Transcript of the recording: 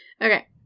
Okay